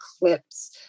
clips